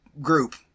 group